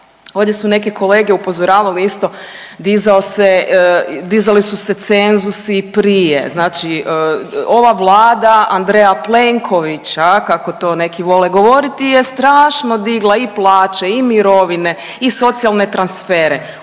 ovdje su neke kolege upozoravale isto, dizao se, dizali su se cenzusi prije, znači ova Vlada Andreja Plenkovića kako to neki vole govoriti je strašno digla i plaće i mirovine i socijalne transfere.